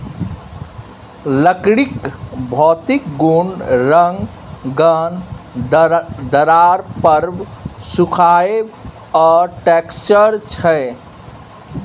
लकड़ीक भौतिक गुण रंग, गंध, दरार परब, सुखाएब आ टैक्सचर छै